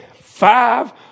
five